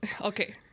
Okay